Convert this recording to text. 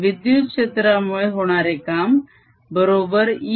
विद्युत क्षेत्रामुळे होणारे काम बरोबर E